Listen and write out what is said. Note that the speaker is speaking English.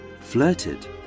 flirted